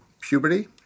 puberty